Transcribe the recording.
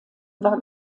war